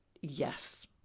yes